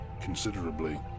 considerably